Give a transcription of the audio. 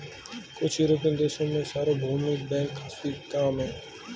कुछ युरोपियन देशों में सार्वभौमिक बैंक काफी आम हैं